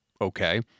okay